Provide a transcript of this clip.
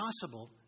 possible